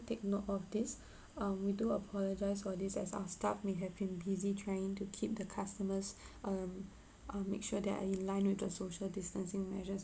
take note of this um we do apologise for this as our staff may have been busy trying to keep the customers um uh make sure they are in line with the social distancing measures